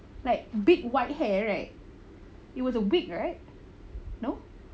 like big white hair right it was a wig right no